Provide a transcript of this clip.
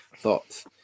Thoughts